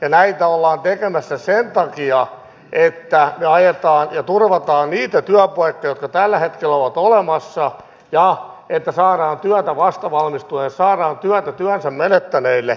ja näitä ollaan tekemässä sen takia että me ajetaan ja turvataan niitä työpaikkoja jotka tällä hetkellä ovat olemassa ja että saadaan työtä vastavalmistuneille saadaan työtä työnsä menettäneille